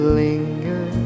linger